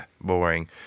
boring